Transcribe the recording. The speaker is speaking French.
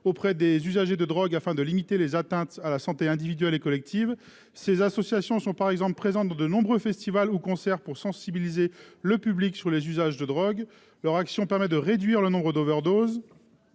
auprès des usagers de drogue afin de limiter les atteintes à la santé individuelle et collective, ces associations sont par exemple présents dans de nombreux festivals ou concert pour sensibiliser le public sur les usages de drogues leur action permet de réduire le nombre d'overdoses